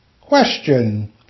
Question